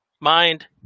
mind